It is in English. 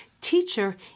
teacher